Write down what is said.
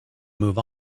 move